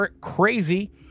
crazy